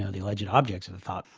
so the alleged objects of the thought,